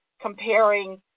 comparing